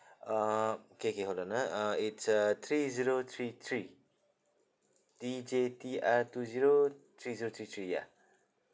uh okay okay hold on ah uh it's uh three zero three three D J T R two zero three zero three three ya